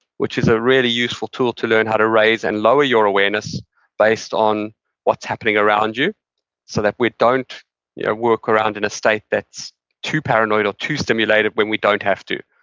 which is a really useful tool to learn how to raise and lower your awareness based on what's happening around you so that we don't walk around in a state that's too paranoid or too stimulated when we don't have to,